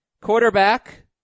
quarterback